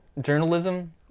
journalism